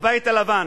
בבית הלבן